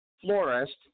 florist